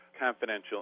confidential